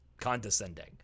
condescending